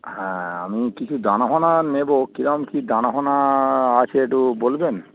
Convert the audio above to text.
হ্যাঁ আমি কিছু দানা ফানা নেবো কীরম কী দানা ফানা আছে একটু বলবেন